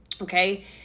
Okay